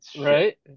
right